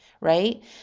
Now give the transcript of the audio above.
right